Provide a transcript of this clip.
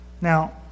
Now